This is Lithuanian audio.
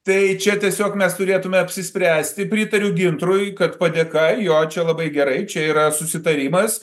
tai čia tiesiog mes turėtumėme apsispręsti pritariu gintrui kad padėka jo čia labai gerai čia yra susitarimas